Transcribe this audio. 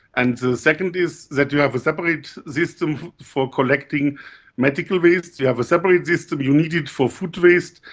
and the second is that you have a separate system for collecting medical wastes, you have a separate system you needed for food waste,